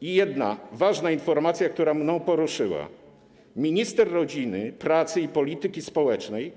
I jedna ważna informacja, która mną poruszyła: minister rodziny, pracy i polityki społecznej